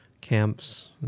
camps